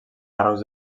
carreus